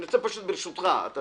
אני אומר את זה עכשיו בחברות.